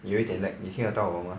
你有一点 lag 你听得到我 mah